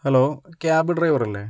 hello cab ഡ്രൈവറല്ലെ